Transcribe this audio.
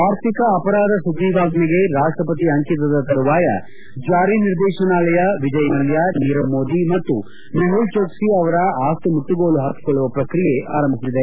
ಆರ್ಥಿಕ ಅಪರಾಧ ಸುಗ್ರೀವಾಜ್ಞೆಗೆ ರಾಷ್ಟಪತಿ ಅಂಕಿತದ ತರುವಾಯ ಜಾರಿ ನಿರ್ದೇಶನಾಲಯ ವಿಜಯ್ ಮಲ್ಯ ನೀರವ್ ಮೋದಿ ಮತ್ತು ಮೆಹುಲ್ ಚೋಕ್ಲಿ ಅವರು ಆಸ್ತಿ ಮುಟ್ಟುಗೋಲು ಹಾಕಿಕೊಳ್ಳುವ ಪ್ರಕ್ರಿಯೆ ಆರಂಭಿಸಿದೆ